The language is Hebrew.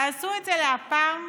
תעשו את זה הפעם,